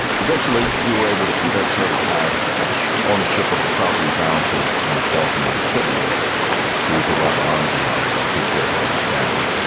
eventually we were able to convince her to pass ownership of the property down to myself and my siblings so we could wrap our arms around it and take care of it as a family